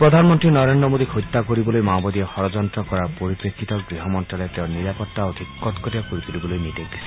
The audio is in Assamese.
প্ৰধানমন্ত্ৰী নৰেন্দ্ৰ মোদীক হত্যা কৰিবলৈ মাওবাদীয়ে ষড়যন্ত্ৰ কৰাৰ পৰিপ্ৰেক্ষিতত গৃহ মন্ত্ৰালয়ে তেওঁৰ নিৰাপত্তা অধিক কটকটীয়া কৰি তুলিবলৈ নিৰ্দেশ দিছে